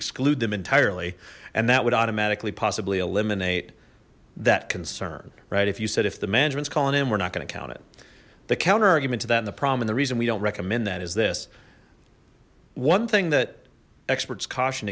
exclude them entirely and that would automatically possibly eliminate that concern right if you said if the management's calling in we're not going to count it the counter argument to that in the prom and the reason we don't recommend that is this one thing that experts caution